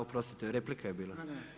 Oprostite, replika je bila?